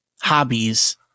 hobbies